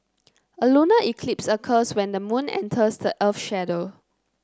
a lunar eclipse occurs when the moon enters the earth's shadow